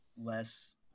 less